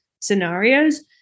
scenarios